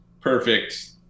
perfect